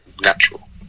natural